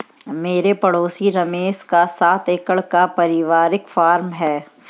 मेरे पड़ोसी रमेश का सात एकड़ का परिवारिक फॉर्म है